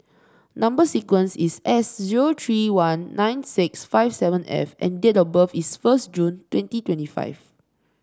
number sequence is S zero three one nine six five seven F and date of birth is first June twenty twenty five